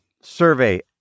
survey